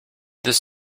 this